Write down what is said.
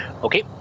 Okay